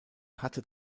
hatte